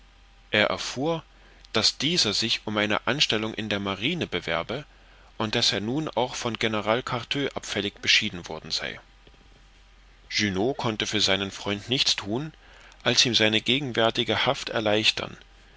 er erfuhr daß dieser sich um eine anstellung in der marine bewerbe und daß er nun auch von general cartaux abfällig beschieden worden sei junot konnte für den freund nichts thun als ihm seine gegenwärtige haft erleichtern